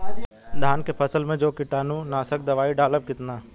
धान के फसल मे जो कीटानु नाशक दवाई डालब कितना?